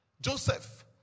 Joseph